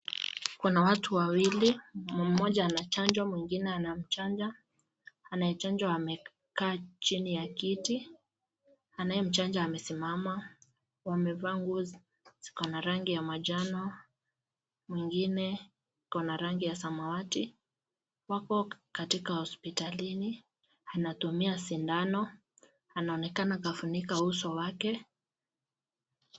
Kuna watu wawili, mmoja anachanjwa ,mwingine anachanja anayechanjwa amekaa chini ya kiti, anayemchanja amesimama wamevaa nguo ziko na rangi ya manjano ingine iko na rangi ya samawati ,wako katika hospitalini ,anatumia sidano anaonekana kafunika uso wake.